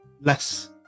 less